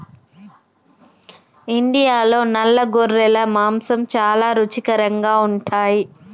ఇండియాలో నల్ల గొర్రెల మాంసం చాలా రుచికరంగా ఉంటాయి